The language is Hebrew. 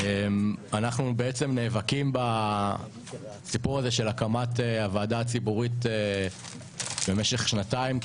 אנחנו נאבקים בסיפור הזה של הקמת הוועדה הציבורית במשך כשנתיים,